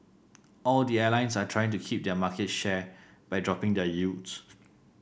all the airlines are trying to keep their market share by dropping their yields